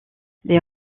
les